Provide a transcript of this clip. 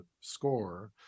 score